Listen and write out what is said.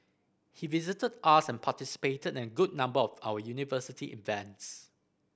he visited us and participated in a good number of our university events